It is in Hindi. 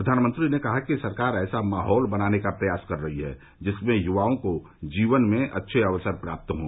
प्रधानमंत्री ने कहा कि सरकार ऐसा माहौल बनाने का प्रयास कर रही है जिसमें युवाओं को जीवन में अच्छे अवसर प्राप्त हों